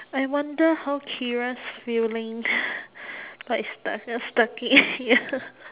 I wonder how kira's feeling like stuck here stuck in here